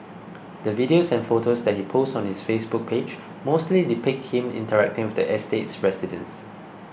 the videos and photos that he posts on his Facebook page mostly depict him interacting with the estate's residents